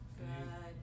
Good